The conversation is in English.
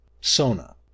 Sona